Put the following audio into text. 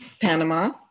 Panama